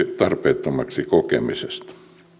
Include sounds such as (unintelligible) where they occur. (unintelligible) tarpeettomaksi kokemisesta